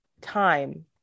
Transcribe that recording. time